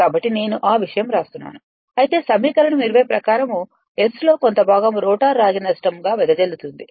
కాబట్టి నేను ఆ విషయం వ్రాస్తున్నాను అయితే సమీకరణం 20 ప్రకారం Sలో కొంత భాగం రోటర్ రాగి నష్టంగా వెదజల్లుతుంది